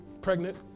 pregnant